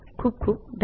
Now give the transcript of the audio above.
खूप खूप धन्यवाद